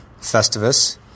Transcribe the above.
Festivus